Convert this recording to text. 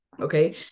Okay